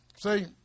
see